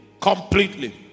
completely